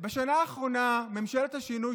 בשנה האחרונה ממשלת השינוי,